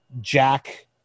Jack